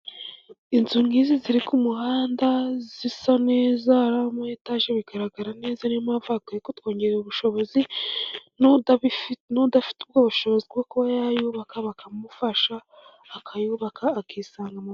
Inzu nk'izi ziri ku muhanda zisa neza zirimo etage bigaragara neza, niyo mpamvu bakwiye kutwongerera ubushobozi n'udafite ubwo bushobozi bwo kuba yayubaka bakamufasha akayubaka akisangamo.